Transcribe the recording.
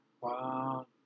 Wow